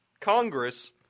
Congress